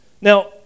Now